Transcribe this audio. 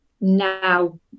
now